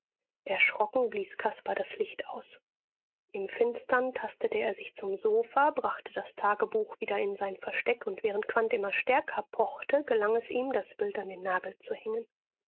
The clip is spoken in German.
erschrocken blies caspar das licht aus im finstern tastete er sich zum sofa brachte das tagebuch wieder in sein versteck und während quandt immer stärker pochte gelang es ihm das bild an den nagel zu hängen